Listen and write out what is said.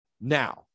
now